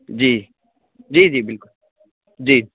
جی جی جی بالکل جی